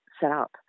setup